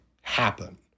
happen